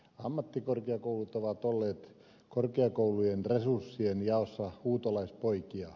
ammattikorkeakoulut ovat olleet korkeakoulujen resurssien jaossa huutolaispoikia